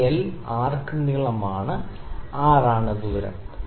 ഈ l ആർക്ക് നീളം R ആണ് ദൂരം